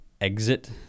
exit